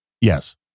Yes